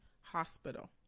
hospital